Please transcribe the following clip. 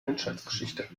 menschheitsgeschichte